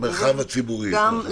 למרחב הציבור, יותר נכון.